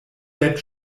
bett